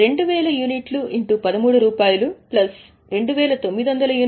2000 x 13 2900 x 11